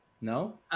No